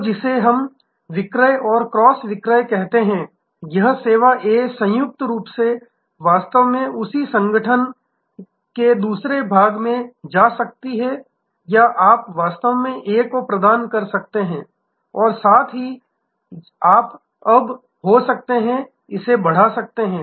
तो जिसे हम विक्रय और क्रॉस विक्रय कहते हैं यह सेवा ए संयुक्त रूप से वास्तव में उसी ग्राहक संगठन के दूसरे भाग में जा सकती है या आप वास्तव में ए को प्रदान कर सकते हैं और साथ ही अब आप हो सकते हैं इसे बढ़ा सकते हैं